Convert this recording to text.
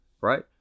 right